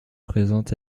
présente